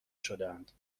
شدهاند